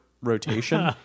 rotation